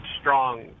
strong